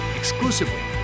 exclusively